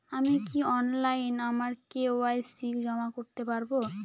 আমি কি অনলাইন আমার কে.ওয়াই.সি জমা করতে পারব?